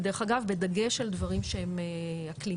ודרך אגב בדגש על דברים שהם אקלימיים,